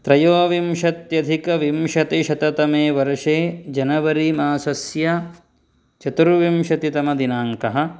त्रयोविंशत्यधिकविंशतिशततमे वर्षे जनवरी मासस्य चतुर्विंशतितमदिनाङ्कः